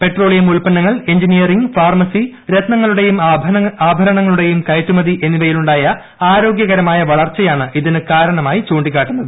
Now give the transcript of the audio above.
petroleum ഉൽപന്നങ്ങൾ engineering pharmacy രത്നങ്ങളുടെയും ആഭരണങ്ങളുടെയും കയറ്റുമതി എന്നിവയിലുണ്ടായ ആരോഗൃകരമായ വളർച്ചയാണ് ഇതിനു കാരണമായി ചൂണ്ടിക്കാട്ടുന്നത്